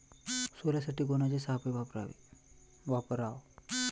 सोल्यासाठी कोनचे सापळे वापराव?